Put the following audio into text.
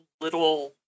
little